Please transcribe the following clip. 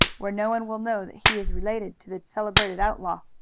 where no one will know that he is related to the celebrated outlaw.